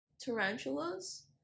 tarantulas